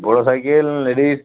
বড়ো সাইকেল না লেডিস